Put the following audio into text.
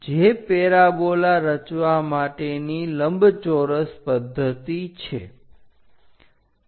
જે પેરાબોલા રચવા માટેની લંબચોરસ પદ્ધતિ છે